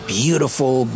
beautiful